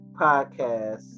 podcast